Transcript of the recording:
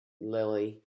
Lily